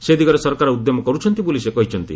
ସେ ଦିଗରେ ସରକାର ଉଦ୍ୟମ କରୁଛନ୍ତି ବୋଲି ସେ କହିଛନ୍ତି